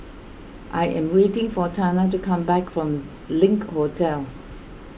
I am waiting for Tana to come back from Link Hotel